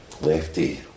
lefty